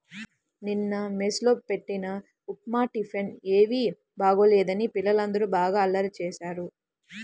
నిన్న మెస్ లో బెట్టిన ఉప్మా టిఫిన్ ఏమీ బాగోలేదని పిల్లలందరూ బాగా అల్లరి చేశారు